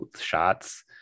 shots